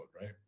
right